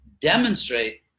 demonstrate